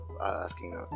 asking